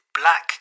black